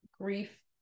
grief